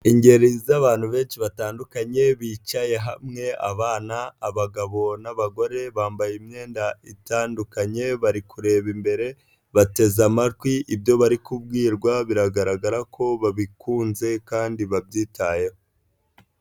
Ingeri z'abantu benshi batandukanye bicaye hamwe abana, abagabo n'abagore, bambaye imyenda itandukanye bari kureba imbere bateze amatwi ibyo bari kubwirwa biragaragara ko babikunze kandi babyitayeho.